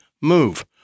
move